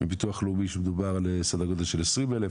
מביטוח לאומי שמדובר על סדר גודל של 20,000,